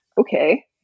Okay